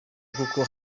kuko